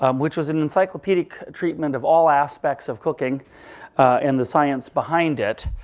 um which was an encyclopedic treatment of all aspects of cooking and the science behind it.